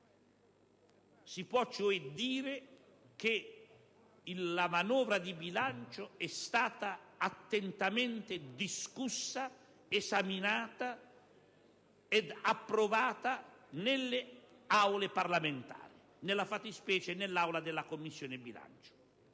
Si può cioè dire che la manovra di bilancio è stata attentamente discussa, esaminata ed approvata nelle Aule parlamentari, nella fattispecie, nell'Aula della Commissione bilancio.